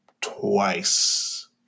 twice